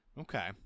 Okay